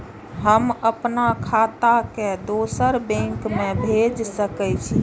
हम आपन खाता के दोसर बैंक में भेज सके छी?